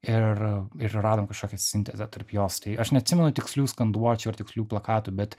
ir ir radom kažkokią sintezę tarp jos tai aš neatsimenu tikslių skanduočių ar tikslių plakatų bet